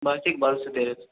বার্ষিক বারোশো তেরোশো